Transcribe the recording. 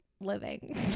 living